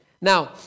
Now